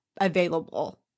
available